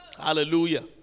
Hallelujah